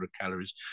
calories